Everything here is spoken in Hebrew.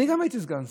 אני גם הייתי סגן שר,